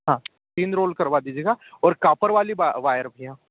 हाँ तीन रोल करवा दीजिएगा और कॉपर वाली वायर भैया